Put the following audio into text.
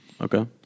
Okay